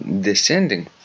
descending